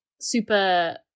super